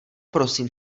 prosím